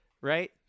Right